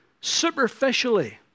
superficially